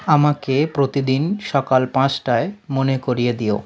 আমাকে প্রতিদিন সকাল পাঁচটায় মনে করিয়ে দিও